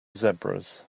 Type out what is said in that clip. zebras